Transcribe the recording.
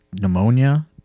pneumonia